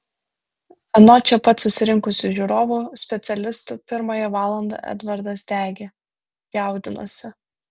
anot čia pat susirinkusių žiūrovų specialistų pirmąją valandą edvardas degė jaudinosi